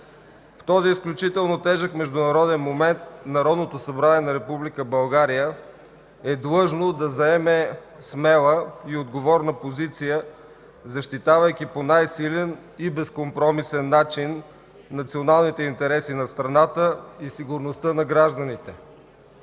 В този изключително тежък международен момент Народното събрание на Република България е длъжно да заеме смела и отговорна позиция, защитавайки по най-силен и безкомпромисен начин националните интереси на страната и сигурността на гражданите.